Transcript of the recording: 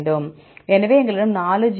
எனவே எங்களிடம் 4 ஜி